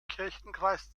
kirchenkreis